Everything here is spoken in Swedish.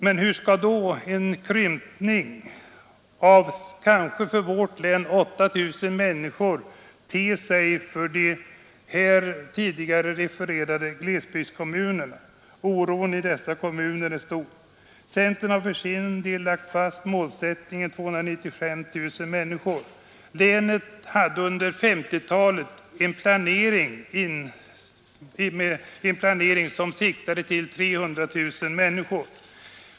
Men hur skall då en krympning med kanske 8 000 människor för vårt län te sig för de här tidigare refererade glesbygdskommunerna? Oron i dessa kommuner är stor. Centern har lagt fast målsättningen 295 000. Länet hade under 1950-talet en planering som siktar till 300 000 människor.